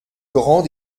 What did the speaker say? grand